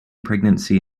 pregnancy